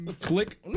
Click